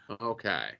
Okay